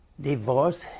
divorce